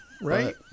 Right